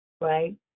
right